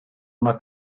una